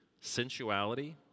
sensuality